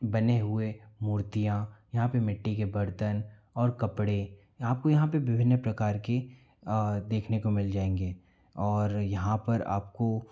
बने हुए मूर्तियां यहाँ पे मिट्टी के बरतन और कपड़े आपको यहाँ पे विभिन्न प्रकार की देखने को मिल जाएंगे और यहाँ पर आपको